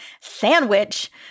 sandwich